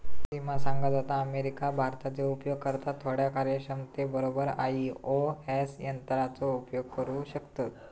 सिमा सांगत होता, अमेरिका, भारताचे उपयोगकर्ता थोड्या कार्यक्षमते बरोबर आई.ओ.एस यंत्राचो उपयोग करू शकतत